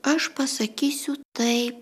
aš pasakysiu taip